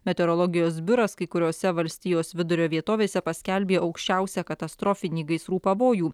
meteorologijos biuras kai kuriose valstijos vidurio vietovėse paskelbė aukščiausią katastrofinį gaisrų pavojų